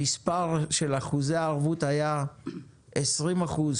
המספר של אחוזי הערבות היה 17% או 20%,